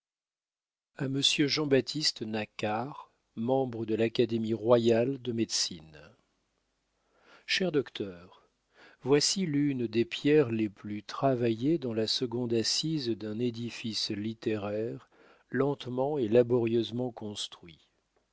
j b nacquart membre de l'académie royale de médecine cher docteur voici l'une des pierres les plus travaillées dans la seconde assise d'un édifice littéraire lentement et laborieusement construit